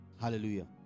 Hallelujah